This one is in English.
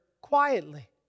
quietly